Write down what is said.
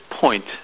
point